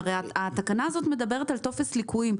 הרי התקנה הזאת מדברת על טופס ליקויים.